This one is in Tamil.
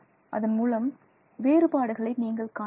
அதன்மூலம் வேறுபாடுகளை நீங்கள் காணலாம்